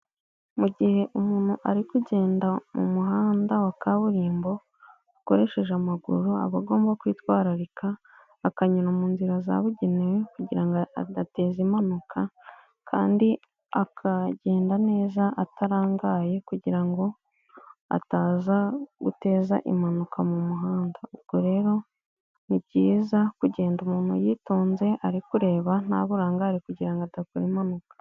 Mu igihe umuntu ari kugenda mu muhanda wa kaburimbo akoresheje amaguru, aba agomba kwitwararika, akanyura mu nzira zabugenewe kugira ngo adateza impanuka kandi akagenda neza atarangaye kugira ngo ataza guteza impanuka mu muhanda. Ubwo rero ni byiza kugenda umuntu yitonze ari kureba, nta burangare kugira ngo adakora impanuka.